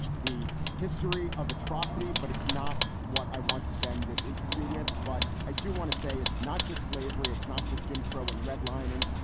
the history of atrocity. but it's not what i want to spend this interview with. but i do want to say it's not just slavery. it's not just jim crow and redlining.